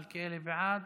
חבר הכנסת מלכיאלי,